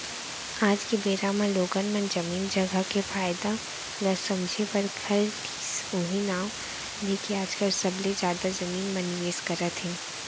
आज के बेरा म लोगन मन जमीन जघा के फायदा ल समझे बर धर लिस उहीं नांव लेके आजकल सबले जादा जमीन म निवेस करत हे